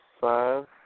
five